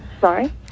Sorry